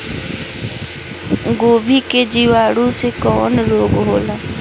गोभी में जीवाणु से कवन रोग होला?